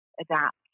adapt